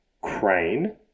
Crane